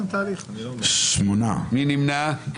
מי נמנע?